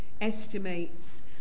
estimates